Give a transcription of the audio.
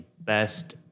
best